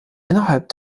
innerhalb